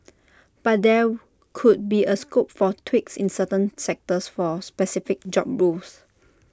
but there could be A scope for tweaks in certain sectors for specific job roles